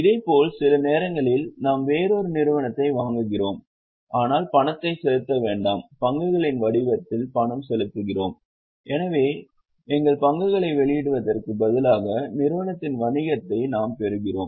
இதேபோல் சில நேரங்களில் நாம் வேறொரு நிறுவனத்தை வாங்குகிறோம் ஆனால் பணத்தை செலுத்த வேண்டாம் பங்குகளின் வடிவத்தில் பணம் செலுத்துகிறோம் எனவே எங்கள் பங்குகளை வெளியிடுவதற்கு பதிலாக நிறுவனத்தின் வணிகத்தை நாம் பெறுகிறோம்